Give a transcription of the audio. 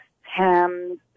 hams